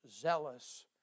Zealous